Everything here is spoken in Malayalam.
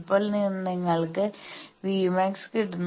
ഇപ്പോൾ നിങ്ങൾക്ക് Vmax കിട്ടുന്നു